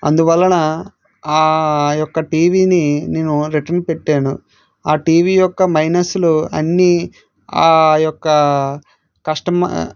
అందువలన ఆ యొక్క టీవీని నేను రిటర్న్ పెట్టాను ఆ టీవీ యొక్క మైనస్లు అన్ని ఆ యొక్క కస్టమర్